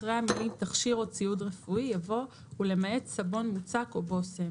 אחרי המילים "תכשיר או ציוד רפואי" יבוא "ולמעט סבון מוצק או בושם".